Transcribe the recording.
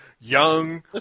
young